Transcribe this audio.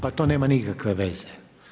Pa to nema nikakve veze.